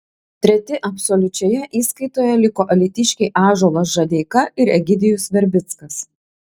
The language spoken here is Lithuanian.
treti absoliučioje įskaitoje liko alytiškiai ąžuolas žadeika ir egidijus verbickas